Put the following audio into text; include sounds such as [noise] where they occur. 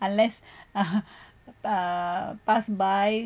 unless [laughs] uh pass by